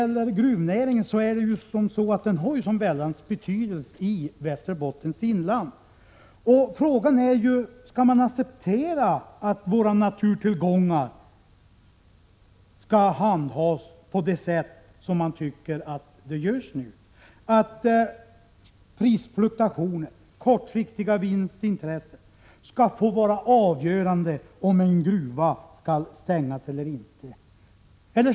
Gruvnäringen har enormt stor betydelse för Västerbottens inland. Frågan är om man skall acceptera att våra naturtillgångar handhas på det sätt som sker nu, att prisfluktuationer och kortsiktiga vinstintressen skall få vara avgörande för om en gruva skall stängas eller inte.